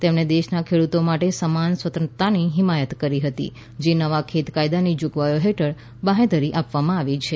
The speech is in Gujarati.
તેમણે દેશના ખેડ઼તો માટે સમાન સ્વતંત્રતાની હિમાયત કરી હતી જે નવા ખેત કાયદાની જોગવાઈઓ હેઠળ બાંહેધરી આપવામાં આવી છે